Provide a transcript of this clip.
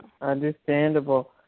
Understandable